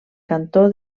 cantó